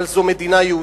אבל זו מדינה יהודית.